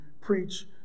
preach